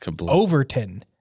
Overton